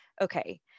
Okay